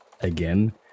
again